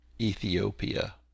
Ethiopia